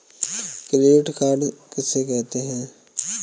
Credit card किसे कहते हैं?